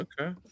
Okay